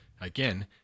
Again